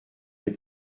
les